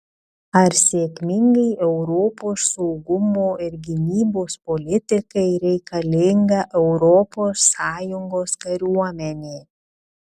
ar sėkmingai europos saugumo ir gynybos politikai reikalinga europos sąjungos kariuomenė